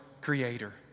creator